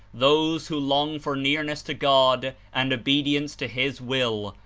those who long for nearness to god and obedience to his will,